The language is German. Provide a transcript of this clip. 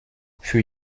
für